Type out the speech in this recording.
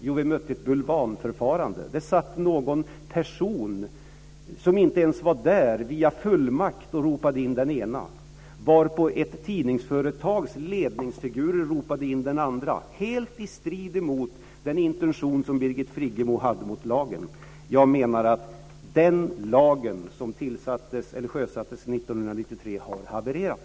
Jo, ett bulvanförfarande. En person som inte ens var där ropade via fullmakt in den ena, varpå ett tidningsföretags ledningsfigurer ropade in den andra, helt i strid med den intention som Birgit Friggebo hade med lagen. Jag menar att den lag som sjösattes 1993 har havererat.